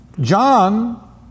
John